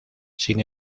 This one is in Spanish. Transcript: sin